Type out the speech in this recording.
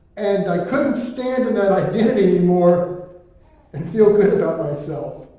and i couldn't stand in that identity anymore and feel good about myself.